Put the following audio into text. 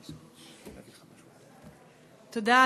תודה.